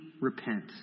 repent